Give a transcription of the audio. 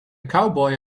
cowboy